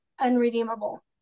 unredeemable